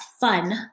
fun